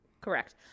Correct